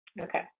Okay